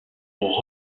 pour